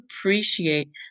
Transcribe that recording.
appreciate